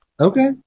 Okay